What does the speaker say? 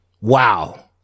Wow